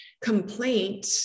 complaint